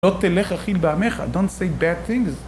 לא תלך רכיל בעמך, Don't say bad things